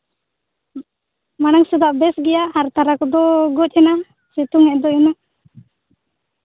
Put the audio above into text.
ᱢᱟᱬᱟᱝ ᱥᱮᱫᱟᱜ ᱵᱮᱥ ᱜᱮᱭᱟ ᱟᱨ ᱛᱟᱨᱟ ᱠᱚᱫᱚ ᱜᱚᱡ ᱮᱱᱟ ᱥᱮᱛᱳᱝ ᱮᱜ ᱫᱚᱭ ᱩᱱᱟᱹᱜ